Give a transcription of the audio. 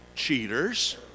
cheaters